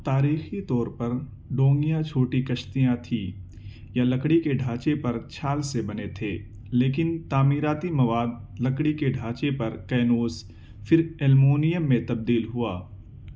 تاریخی طور پر ڈونگیاں چھوٹی کشتیاں تھی یا لکڑی کے ڈھانچے پر چھال سے بنے تھے لیکن تعمیراتی مواد لکڑی کے ڈھانچے پر کینوس پھر ایلمونییم میں تبدیل ہوا